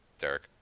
Derek